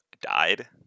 died